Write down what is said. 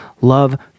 love